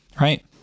Right